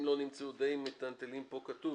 אם לא נמצאו די מיטלטלין פה כתוב